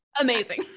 Amazing